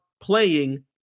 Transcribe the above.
playing